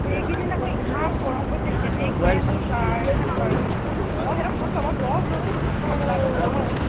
এইকেইদিন আকৌ ইমান গৰম পৰিছে কেনেকৈনো যায় হয়নে বাৰু মই সিহঁতক কৈছোঁ অলপ ৰ' বোলো ঠাণ্ডাটো পৰক